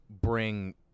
bring